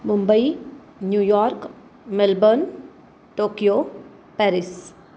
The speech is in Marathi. Mumbai New York Melbourne Tokyo Paris